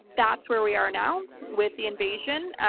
that's where we are now with the invasion